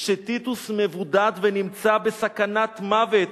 שטיטוס מבודד ונמצא בסכנת מוות.